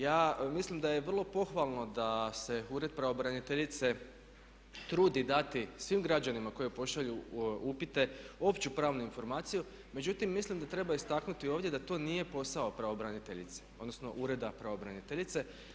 Ja mislim da je vrlo pohvalno da se ured pravobraniteljice trudi dati svim građanima koji pošalju upite opću pravnu informaciju međutim, mislim da treba istaknuti ovdje da to nije posao pravobraniteljice, odnosno ureda pravobraniteljice.